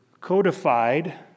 codified